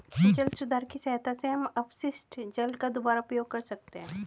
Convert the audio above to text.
जल सुधार की सहायता से हम अपशिष्ट जल का दुबारा उपयोग कर सकते हैं